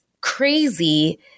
crazy